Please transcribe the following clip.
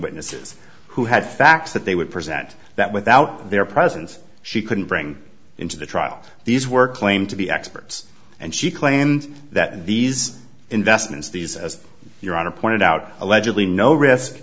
witnesses who had facts that they would present that without their presence she couldn't bring into the trial these were claimed to be experts and she claimed that these investments these as your honor pointed out allegedly no